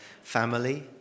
family